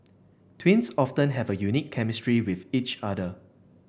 twins often have a unique chemistry with each other